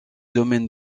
domaine